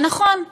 ונכון,